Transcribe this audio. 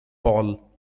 paul